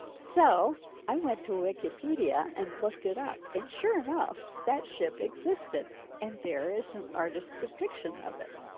so i went to wikipedia and looked it up. and sure enough, that ship existed and there is an artists depiction of it.